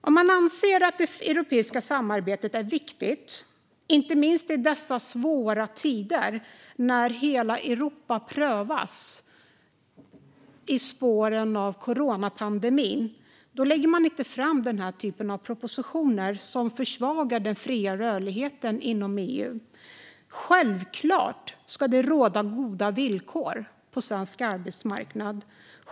Om man anser att det europeiska samarbetet är viktigt, inte minst i dessa svåra tider när hela Europa prövas i spåren av coronapandemin, lägger man inte fram den här typen av propositioner som försvagar den fria rörligheten inom EU. Självklart ska det råda goda villkor på svensk arbetsmarknad.